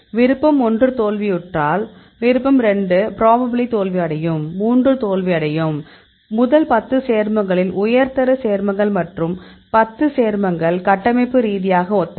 விருப்பம் 1 தோல்வியுற்றால் விருப்பம் 2 பிரபபலி தோல்வியடையும் 3 தோல்வியடையும் முதல் 10 சேர்மங்களின் உயர் தர சேர்மங்கள் மற்றும் 10 சேர்மங்கள் கட்டமைப்பு ரீதியாக ஒத்தவை